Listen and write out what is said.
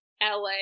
la